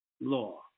law